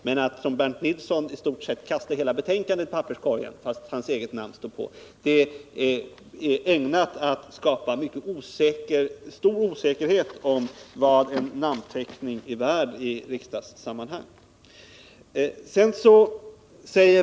Men att som Bernt Nilsson i stort sett kasta hela betänkandet i papperskorgen fast hans eget namn står på det, det är ägnat att skapa stor osäkerhet om vad en namnteckning är värd i riksdagssammanhang.